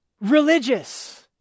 Religious